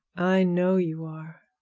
i know you are.